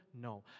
No